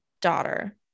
daughter